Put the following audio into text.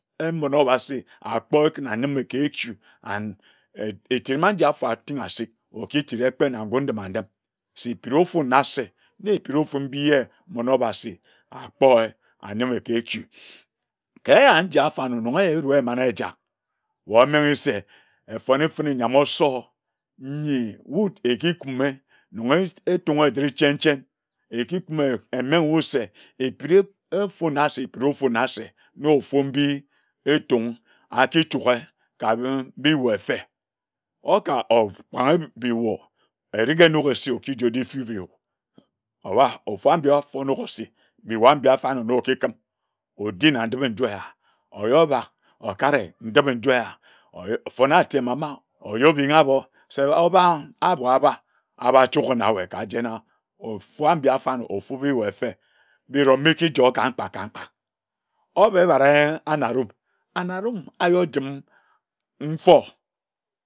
Yin mmone obasi akpor ken anyime kechu and etima njia afor atingha asik okitid kpe kpe na ngum ndina ndim se ekpiri ofu na se ne ekpiri ofu mbi ye mmon obasi akpor anyime kechu ka eya nji afarnor menghe eru amana ajak wae omenghe se efone fene nyam osor nyi wud ekikume nonge eturi njie che chen chen ekikume emenghe wud se ebire efona se ekpire efona se ne ofumbi Etung akichoke ka m wud mbi efe oka of kpage mbi wor erigi enok esi okiji ojifi mviyu owa ofambi ofu onongo osi norambi adarnor-nor-okikim odi na ndipe-nju eya oyobab okare ndipe-nju eya onw fone atem ama oyorbingha abor se waga obann abor abar abachoge na wae kajene ofu abi afarnor ofubi mbi efe biri obi okijoer ka mkpa ka mkpa oba ebare anarum anarum ayor gim mfor